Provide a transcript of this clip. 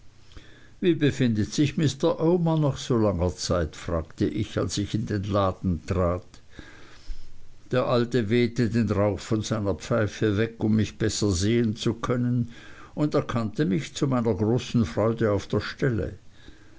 wie befindet sich mr omer nach so langer zeit fragte ich als ich in den laden trat der alte wehte den rauch von seiner pfeife weg um mich besser sehen zu können und erkannte mich zu meiner großen freude auf der stelle